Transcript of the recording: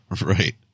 Right